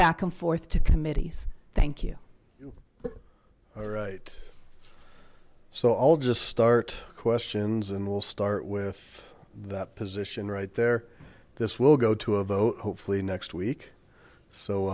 back and forth to committees thank you so i'll just start questions and we'll start with that position right there this will go to a vote hopefully next week so